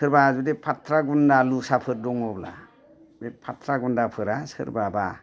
सोरबा जुदि फाट्रा गुन्दा लुसाफोर दङबा बे फाट्रा गुन्दाफोरा सोरबाबा